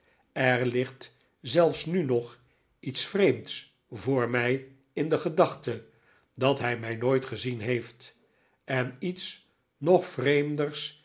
er ligt zelfs nu nog iets vreemds voor mij in de gedachte dat hij mij nooit gezien heeft en iets nog vreemders